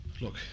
look